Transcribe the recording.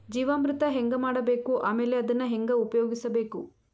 ಜೀವಾಮೃತ ಹೆಂಗ ಮಾಡಬೇಕು ಆಮೇಲೆ ಅದನ್ನ ಹೆಂಗ ಉಪಯೋಗಿಸಬೇಕು?